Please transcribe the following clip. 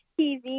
TV